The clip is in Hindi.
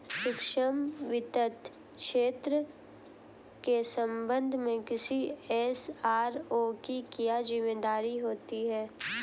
सूक्ष्म वित्त क्षेत्र के संबंध में किसी एस.आर.ओ की क्या जिम्मेदारी होती है?